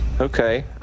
Okay